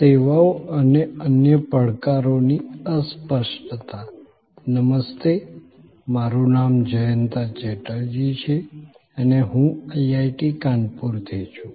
સેવાઓ અને અન્ય પડકારોની અસ્પષ્ટતા નમસ્તે મારું નામ જયંતા ચેટર્જી છે અને હું IIT કાનપુરથી છું